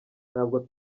ntabwo